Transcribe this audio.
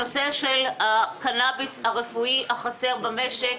מדובר בנושא של הקנאביס הרפואי החסר במשק.